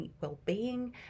well-being